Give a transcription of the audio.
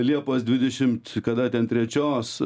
liepos dvidešimt kada ten trečios